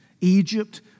Egypt